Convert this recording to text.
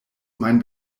mein